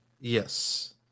Yes